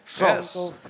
Yes